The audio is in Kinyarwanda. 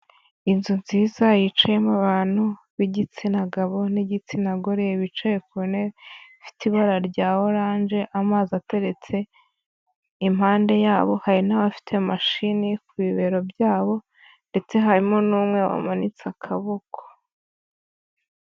Inzu nziza yicayemo abantu b'igitsina gabo n'igitsina gore, bicaye ku ntebe ifite ibara rya oranje, amazi ateretse impande yabo, hari n'abafite mashini ku bibero byabo, ndetse harimo n'umwe wamanitse akaboko.